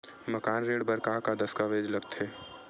मकान ऋण बर का का दस्तावेज लगथे?